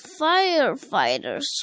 firefighters